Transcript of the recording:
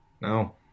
no